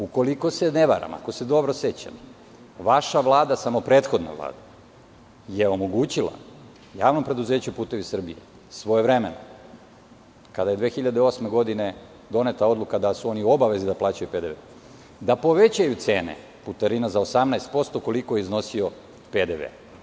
Ukoliko se ne varam, ako se dobro sećam, vaša Vlada, samo prethodna Vlada, je omogućila JP Putevi Srbije svojevremeno, kada je 2008. godine doneta odluka da su oni u obavezi da plaćaju PDV, da povećaju cene putarina za 18%, koliko je iznosio PDV.